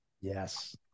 Yes